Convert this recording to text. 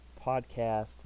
podcast